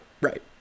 right